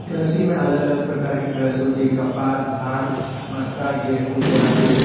कृषि में अलग अलग प्रकार की कृषि होती है कपास धान मक्का गेहूँ सोयाबीन